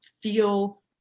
feel